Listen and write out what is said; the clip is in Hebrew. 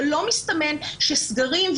אבל לא מסתמן שסגרים,